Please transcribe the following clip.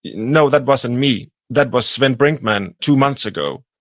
you know that wasn't me. that was sven brinkmann two months ago,